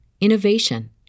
innovation